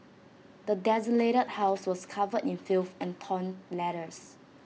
the desolated house was covered in filth and torn letters